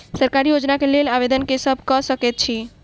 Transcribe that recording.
सरकारी योजना केँ लेल आवेदन केँ सब कऽ सकैत अछि?